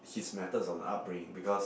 his methods of upbringing because